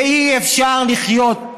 ואי-אפשר לחיות,